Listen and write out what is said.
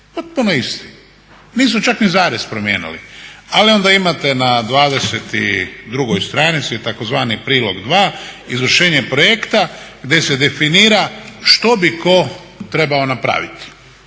potpuno isti. Nisu čak ni zarez promijenili. Ali onda imate na 22. stranici, tzv. prilog dva izvršenje projekta gdje se definira što bi tko trebao napraviti.